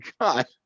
god